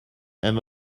and